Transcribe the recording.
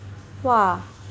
!wah!